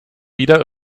wieder